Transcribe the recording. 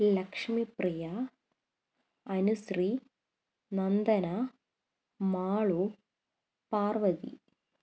Lakshmipriya Anushree Nandana Malu Parvathi